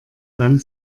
dann